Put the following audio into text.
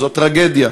זו טרגדיה,